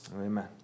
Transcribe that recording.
Amen